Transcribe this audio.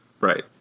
Right